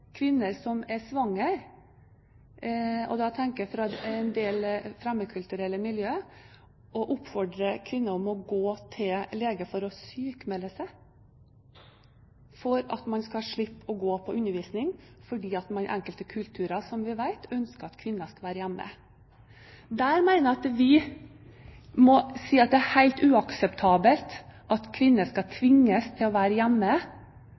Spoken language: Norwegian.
kvinner som er svangre – og da tenker jeg fra en del fremmedkulturelle miljøer – om å gå til lege for å sykmelde seg for at de skal slippe å gå til undervisning. Dette fordi man i enkelte kulturer, som vi vet, ønsker at kvinner skal være hjemme. Jeg mener vi må si at det er helt uakseptabelt at kvinner tvinges til å være hjemme,